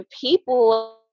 people